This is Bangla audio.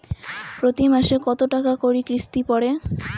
প্রতি মাসে কতো টাকা করি কিস্তি পরে?